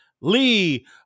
Lee